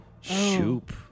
Shoop